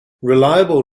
reliable